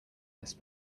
this